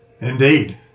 Indeed